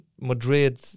Madrid